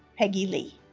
peggy lee.